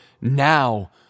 now